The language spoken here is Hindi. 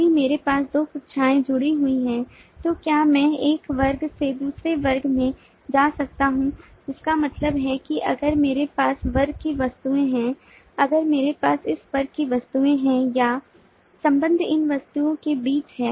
यदि मेरे पास दो कक्षाएं जुड़ी हुई हैं तो क्या मैं एक वर्ग से दूसरे वर्ग में जा सकता हूं जिसका मतलब है कि अगर मेरे पास इस वर्ग की वस्तुएं हैं अगर मेरे पास इस वर्ग की वस्तुएं हैं या संबंध इन वस्तुओं के बीच है